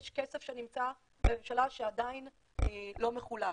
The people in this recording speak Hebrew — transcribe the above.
יש כסף שנמצא בממשלה שעדיין לא מחולק,